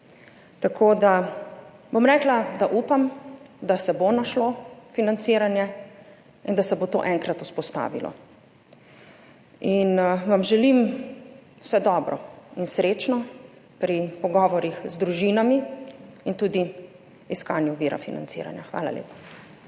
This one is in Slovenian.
vsak dan. Bom rekla, da upam, da se bo našlo financiranje in da se bo to enkrat vzpostavilo, in vam želim vse dobro in srečno pri pogovorih z družinami in tudi iskanju vira financiranja. Hvala lepa.